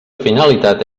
finalitat